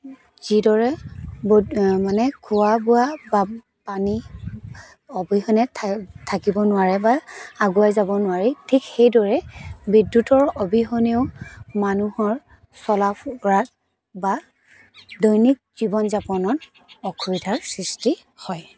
যিদৰে ব মানে খোৱা বোৱা বা পানী অবিহনে থা থাকিব নোৱাৰে বা আগুৱাই যাব নোৱাৰে ঠিক সেইদৰে বিদ্য়ুতৰ অবিহনেও মানুহৰ চলা ফুৰাত বা দৈনিক জীৱন যাপনত অসুবিধাৰ সৃষ্টি হয়